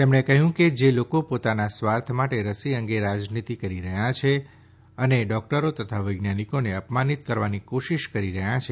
તેમણે કહ્યું કે જે લોકો પોતાનાં સ્વાર્થ માટે રસી અંગે રાજનીતી કરી રહ્યા છે અને ડોકટરો તથા વૈજ્ઞાનિકોને અપમાનિત કરવાની કોશીશ કરી રહ્યા છે